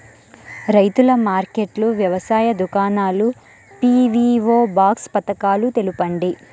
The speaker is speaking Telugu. రైతుల మార్కెట్లు, వ్యవసాయ దుకాణాలు, పీ.వీ.ఓ బాక్స్ పథకాలు తెలుపండి?